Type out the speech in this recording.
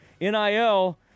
NIL